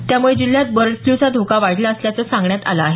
त्यामुळे जिल्ह्यात बर्ड फ्रचा धोका वाढला असल्याचं सांगण्यात आलं आहे